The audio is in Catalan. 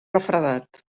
refredat